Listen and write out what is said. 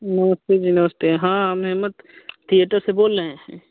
नमस्ते जी नमस्ते हाँ हम नेमत थिएटर से बोल रहे हैं